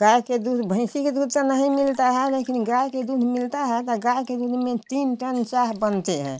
गाय के दूध भैंसी के दूध से नहीं मिलते हैं लेकिन गाय के दूध मिलते हैं न गाय के दूध में तीन टाइम चाह बनते हैं